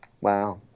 wow